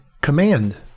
command